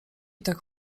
tak